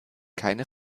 keine